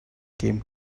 came